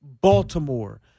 Baltimore